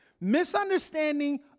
Misunderstanding